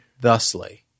thusly